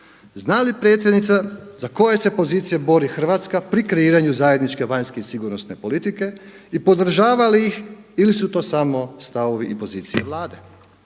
Zna li predsjednica za koje se pozicije bori Hrvatska pri kreiranju zajedničke vanjske i sigurnosne politike i podržava li ih ili su to samo stavovi i pozicije Vlade?